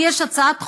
לי יש הצעת חוק,